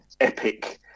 epic